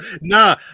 Nah